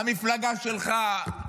המפלגה שלך,